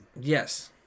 Yes